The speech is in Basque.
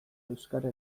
euskara